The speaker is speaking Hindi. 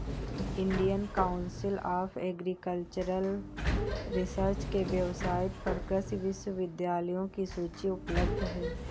Indian council of agricultural research के वेबसाइट पर कृषि विश्वविद्यालयों की सूची उपलब्ध है